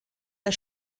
der